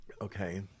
Okay